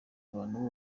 abantu